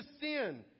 sin